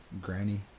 Granny